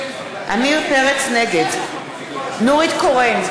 נגד נורית קורן,